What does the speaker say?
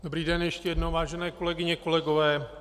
Dobrý den ještě jednou, vážené kolegyně, kolegové.